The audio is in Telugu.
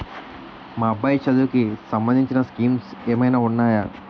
మా అబ్బాయి చదువుకి సంబందించిన స్కీమ్స్ ఏమైనా ఉన్నాయా?